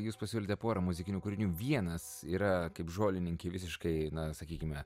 jūs pasiūlėte porą muzikinių kūrinių vienas yra kaip žolininkei visiškai na sakykime